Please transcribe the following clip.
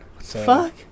Fuck